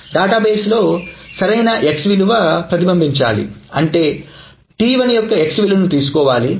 database లో సరైన x విలువ ప్రతిబింబించాలి అంటే T1 యొక్క x విలువను తీసుకోవాలి